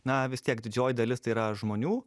na vis tiek didžioji dalis tai yra žmonių